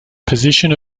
position